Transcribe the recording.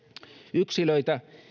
yksilöitä